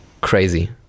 crazy